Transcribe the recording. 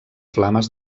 flames